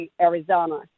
Arizona